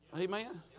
Amen